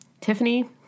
Tiffany